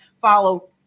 follow